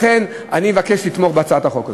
לכן אני מבקש לתמוך בהצעת החוק הזאת.